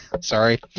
Sorry